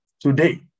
Today